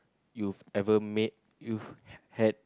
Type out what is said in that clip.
you've ever made you've had